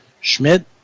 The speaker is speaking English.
Schmidt